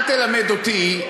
אל תלמד אותי,